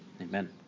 Amen